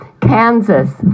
Kansas